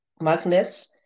magnets